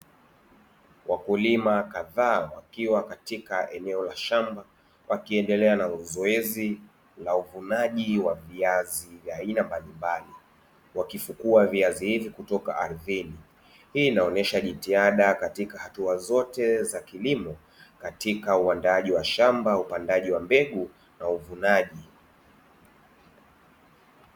Wakulima kadhaa wakiwa katika eneo la shamba wakiendelea na zoezi la uvunaji wa viazi vya aina mbalimbali, wakifukua viazi hivyo kutoka ardhini hii inaonyesha jitihada katika hatua zote za kilimo katika uandaaji wa shamba upandaji wa mbegu na uvunaji.